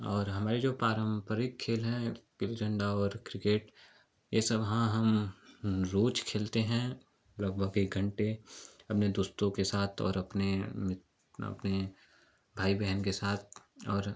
और हमारे जो पारंपरिक खेल हैं गिल्ली डंडा और क्रिकेट यह सब हाँ हम रोज़ खेलते हैं लगभग एक घंटे अपने दोस्तों के साथ और अपने अपने भाई बहन के साथ और